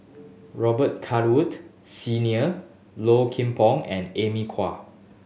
Robet Wood Senior Low Kim Pong and Amy Khor